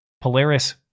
Polaris